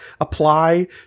apply